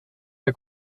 der